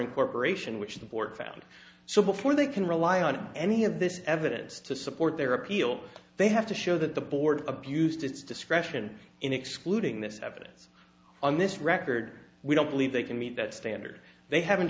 incorporation which the board found so before they can rely on any of this evidence to support their appeal they have to show that the board abused its discretion in excluding this evidence on this record we don't believe they can meet that standard they haven't